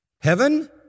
Heaven